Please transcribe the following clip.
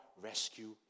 rescue